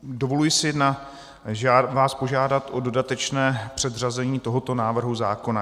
Dovoluji si vás požádat o dodatečné předřazení tohoto návrhu zákona.